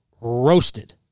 roasted